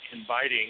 inviting